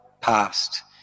past